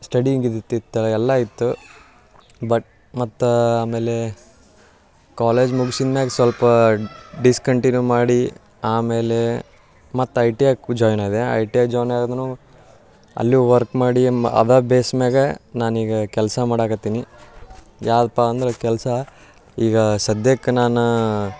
studying ಇದಿತ್ತಿತ್ತು ಎಲ್ಲ ಇತ್ತು ಬಟ್ ಮತ್ತು ಆಮೇಲೆ ಕಾಲೇಜ್ ಮುಗ್ಸಿದ ಮ್ಯಾಲ್ ಸ್ವಲ್ಪ ಡಿಸ್ಕಂಟಿನ್ಯೂ ಮಾಡಿ ಆಮೇಲೆ ಮತ್ತೆ ಐ ಟಿ ಐಗು ಜಾಯ್ನಾದೆ ಐ ಟಿ ಐ ಜಾಯ್ನಾದೆನು ಅಲ್ಲಿಯೂ ವರ್ಕ್ ಮಾಡಿ ಮ ಅದೇ ಬೇಸ್ ಮ್ಯಾಲೆ ನಾನೀಗ ಕೆಲಸ ಮಾಡಕತ್ತೀನಿ ಯಾವ್ದಪ್ಪ ಅಂದ್ರೆ ಕೆಲಸ ಈಗ ಸದ್ಯಕ್ಕೆ ನಾನು